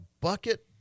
Bucket